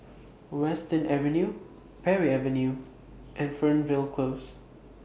Western Avenue Parry Avenue and Fernvale Close